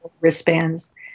wristbands